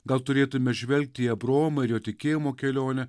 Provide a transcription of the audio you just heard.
gal turėtume žvelgti į abraomą ir jo tikėjimo kelionę